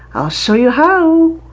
i'll show you how!